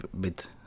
bit